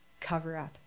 cover-up